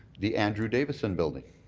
the andrew davidson building.